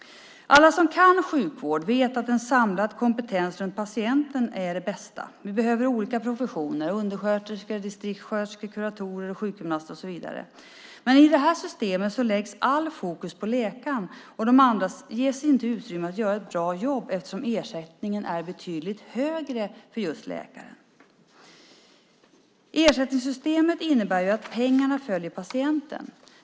Alla som kan sjukvård vet att en samlad kompetens runt patienten är det bästa. Vi behöver olika professioner, undersköterskor, distriktssköterskor, kuratorer, sjukgymnaster, och så vidare. Men i det här systemet läggs allt fokus på läkaren. De andra ges inte utrymme att göra ett bra jobb, eftersom ersättningen är betydligt högre för just läkaren. Ersättningssystemet innebär att pengarna följer patienten.